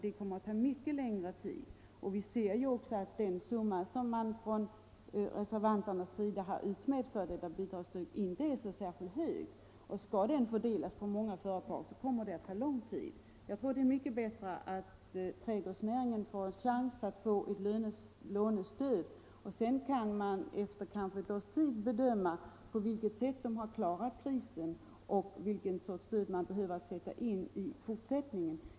Det skulle ta mycket längre tid, och vi ser också att den summa som reservanterna har utmätt för detta bidragsstöd inte är så särskilt hög. Skall den fördelas på många företag kommer det att ta lång tid. Jag tror att det är mycket bättre att trädgårdsnäringen får en chans till lånestöd. Sedan kan man, efter kanske ett års tid, bedöma på vilket sätt företagen har klarat krisen och vilken sorts stöd man behöver sätta in i fortsättningen.